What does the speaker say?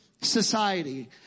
society